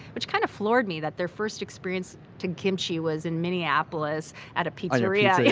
which kind of floored me, that their first experience to kimchi was in minneapolis at a pizzeria.